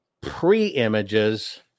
pre-images